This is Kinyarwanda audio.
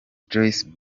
joyce